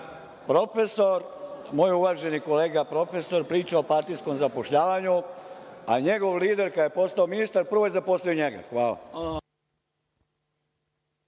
Moj uvaženi kolega profesor priča o partijskom zapošljavanju, a njegov lider kada je postao ministar prvo je zaposlio njega. Hvala.